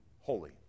holy